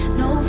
no